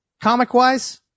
comic-wise